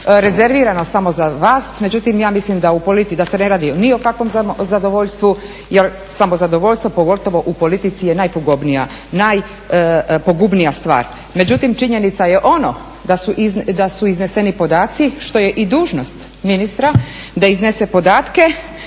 rezerviramo samo za vas. Međutim, ja mislim da u politici, da se ne radi ni o kakvom samozadovoljstvu jel samozadovoljstvo pogotovo u politici je najpogubnije stvar. Međutim, činjenica je ono da su izneseni podati što je i dužnost ministra da iznese podate